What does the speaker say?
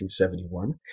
1971